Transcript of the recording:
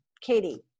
Katie